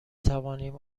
توانیم